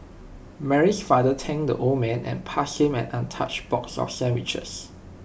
Mary's father thanked the old man and passed him an untouched box of sandwiches